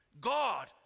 God